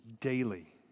daily